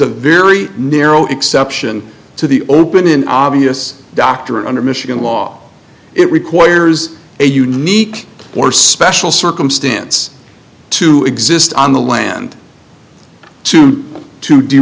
a very narrow exception to the open and obvious doctor under michigan law it requires a unique or special circumstance to exist on the land to to do